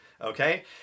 okay